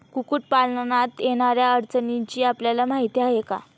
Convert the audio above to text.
कुक्कुटपालनात येणाऱ्या अडचणींची आपल्याला माहिती आहे का?